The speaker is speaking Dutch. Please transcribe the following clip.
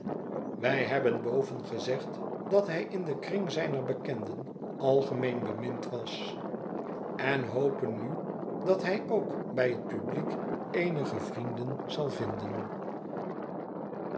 wij hebben boven gezegd dat hij in den kring zijner bekenden algemeen bemind was en hopen nu dat hij ook bij het publiek eenige vrienden zal vinden